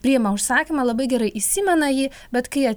priima užsakymą labai gerai įsimena jį bet kai